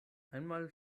einmal